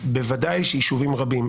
בוודאי שיישובים רבים,